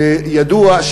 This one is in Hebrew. וידוע,